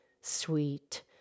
sweet